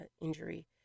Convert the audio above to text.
injury